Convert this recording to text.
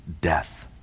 death